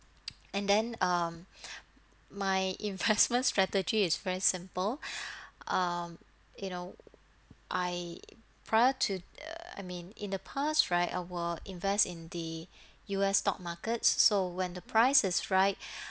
and then um my investment strategy is very simple um you know I prior to the I mean in the past right I will invest in the U_S stock markets s~ so when the price is right